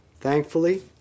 Thankfully